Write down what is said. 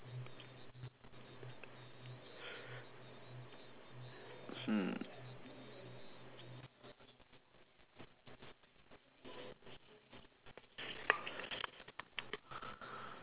hmm